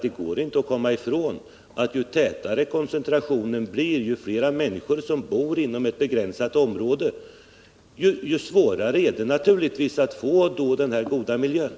Det går inte att komma ifrån att ju tätare koncentrationen blir, dvs. ju fler människor som bor inom ett begränsat område, desto svårare blir det naturligtvis att få en god miljö där.